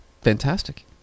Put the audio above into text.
Fantastic